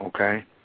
okay